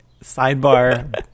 sidebar